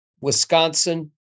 Wisconsin